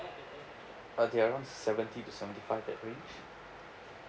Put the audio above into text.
okay around seventy to seventy five that range